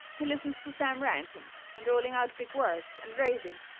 he listens to sam ranting and rolling out big words and raving,